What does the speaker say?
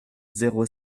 zéro